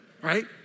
Right